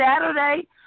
Saturday